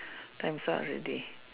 times up already